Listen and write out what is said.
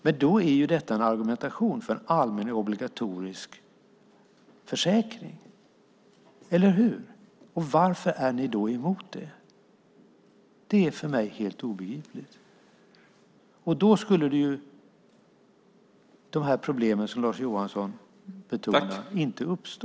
Men då är detta en argumentation för en allmän och obligatorisk försäkring, eller hur? Varför är ni då emot det? Det är för mig helt obegripligt. Om vi hade en sådan skulle de problem som Lars Johansson betonar inte uppstå.